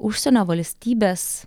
užsienio valstybės